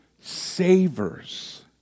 savors